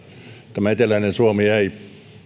eteläinen suomi